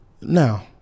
Now